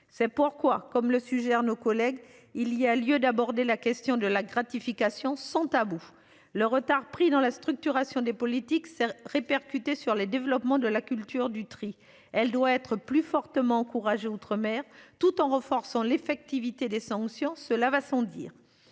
C'est pourquoi, comme le suggère nos collègues il y a lieu d'aborder la question de la gratification sans tabou. Le retard pris dans la structuration des politiques s'est répercuté sur les développements de la culture du tri. Elle doit être plus fortement encouragé outre-mer tout en renforçant l'effectivité des sanctions, cela va sans dire.